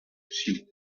sheep